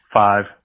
five